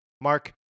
Mark